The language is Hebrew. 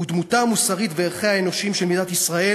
ודמותה המוסרית וערכיה האנושיים של מדינת ישראל